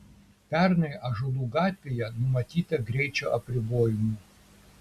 pernai ąžuolų gatvėje numatyta greičio apribojimų